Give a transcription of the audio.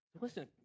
Listen